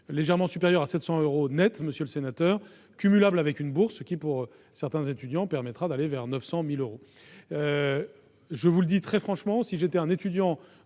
légèrement supérieure à 700 euros nets, monsieur le sénateur, cumulable avec une bourse, ce qui pour certains étudiants pourrait représenter entre 900 et 1 000 euros au total. Je vous le dis très franchement : si j'étais un étudiant